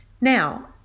Now